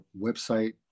website